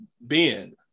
Ben